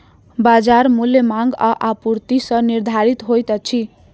बजार मूल्य मांग आ आपूर्ति सॅ निर्धारित होइत अछि